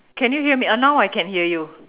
can you hear me uh now I can hear you